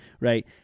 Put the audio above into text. right